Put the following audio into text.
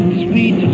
sweet